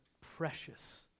precious